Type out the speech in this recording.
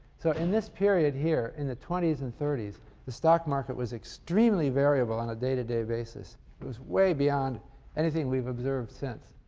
so, in this period here in the twenty s and thirty s the stock market was extremely variable on a day-to-day basis it was way beyond anything we've observed observed since.